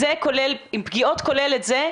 אם פגיעות כולל את זה,